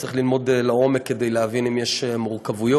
צריך ללמוד לעומק כדי להבין אם יש מורכבויות,